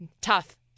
tough